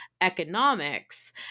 economics